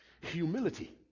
Humility